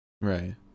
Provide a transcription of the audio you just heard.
Right